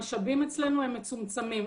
המשאבים אצלנו הם מצומצמים.